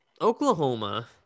Oklahoma